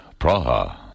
Praha